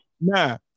Nah